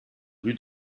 rue